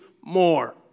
more